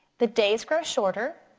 the days grow shorter,